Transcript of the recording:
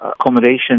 accommodation